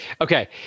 Okay